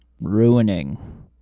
Ruining